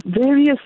various